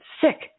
sick